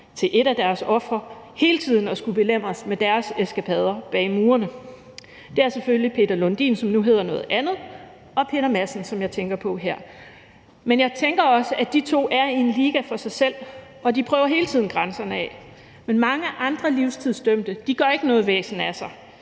til et af deres ofre hele tiden at skulle belemres med deres eskapader bag murene. Det er selvfølgelig Peter Lundin, som nu hedder noget andet, og Peter Madsen, som jeg tænker på her. Men jeg tænker også, at de to er i en liga for sig selv, og de prøver hele tiden grænserne af, men mange andre livstidsdømte gør ikke noget væsen af sig.